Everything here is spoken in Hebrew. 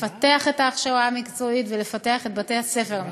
לפתח את ההכשרה המקצועית ולפתח את בתי-הספר המקצועיים.